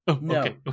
No